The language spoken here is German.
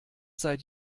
seit